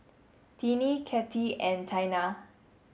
Tinnie Katie and Taina